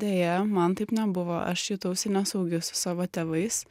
deja man taip nebuvo aš jutausi nesaugi su savo tėvais